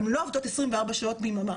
הן לא עובדות 24 שעות ביממה,